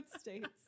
States